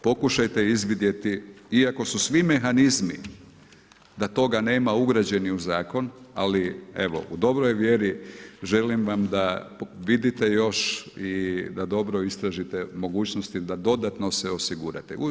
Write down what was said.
Pokušajte izvidjeti, iako su svi mehanizmi, da toga nema ugrađeni u zakon, ali evo, u dobroj vjeri želim vam da vidite još i da dobro istražite mogućnosti, da dodatno se osigurate.